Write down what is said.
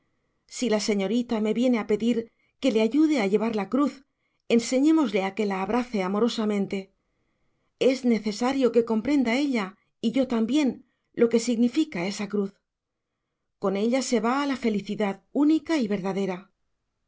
si la señorita me viene a pedir que le ayude a llevar la cruz enseñémosle a que la abrace amorosamente es necesario que comprenda ella y yo también lo que significa esa cruz con ella se va a la felicidad única y verdadera